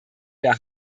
der